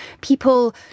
People